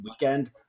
weekend